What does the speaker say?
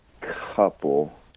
couple